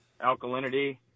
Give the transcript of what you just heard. alkalinity